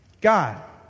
God